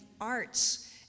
arts